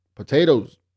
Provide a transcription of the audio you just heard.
Potatoes